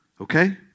okay